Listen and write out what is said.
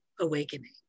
awakening